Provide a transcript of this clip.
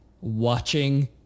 watching